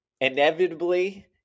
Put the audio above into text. inevitably